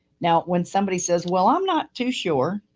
now when somebody says, well, i'm not too sure.